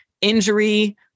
injury